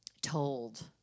told